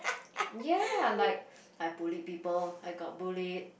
ya like I bullied people I got bullied